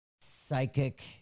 psychic